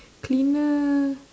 cleaner